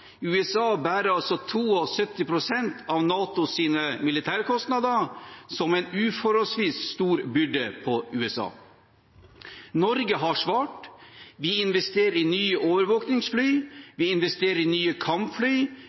USA bærer 72 pst. av NATOs militærkostnader, som er en uforholdsvis stor byrde på USA. Norge har svart: Vi investerer i nye overvåkingsfly, vi investerer i nye kampfly,